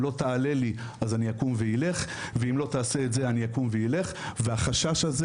לא יעלה את השכר אז אני אקום ואלך ואם לא תעשה דבר כזה או אחר אני